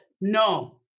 No